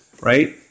right